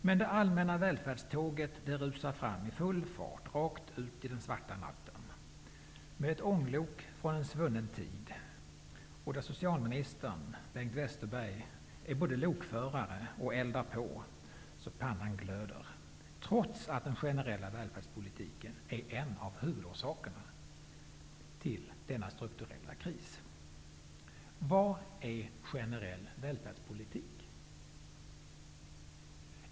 Men det allmänna välfärd ståget rusar fram i full fart rakt ut i den svarta nat ten med ett ånglok från en svunnen tid där social ministern, Bengt Westerberg, både är lokförare och eldar på så att pannan glöder, trots att den ge nerella välfärdspolitiken är en av huvudorsakerna till den strukturella krisen. Vad är generell välfärdspolitik?